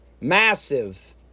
Massive